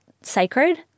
sacred